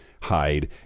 hide